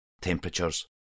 temperatures